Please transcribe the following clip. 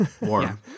warm